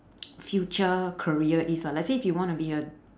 future career is lah let's say if you want to be a